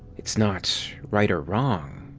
it's not right or wrong,